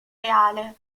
reale